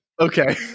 Okay